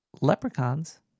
leprechauns